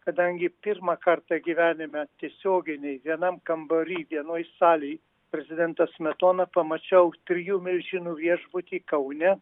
kadangi pirmą kartą gyvenime tiesiogiai nei vienam kambary vienoj salėj prezidentą smetoną pamačiau trijų milžinų viešbutį kaune